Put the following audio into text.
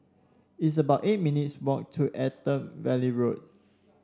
it's about eight minutes' walk to Attap Valley Road